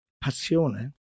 Passione